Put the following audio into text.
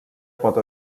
pot